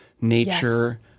nature